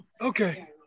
Okay